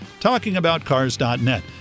TalkingAboutCars.net